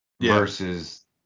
versus